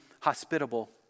hospitable